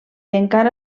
encara